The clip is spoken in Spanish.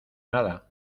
nada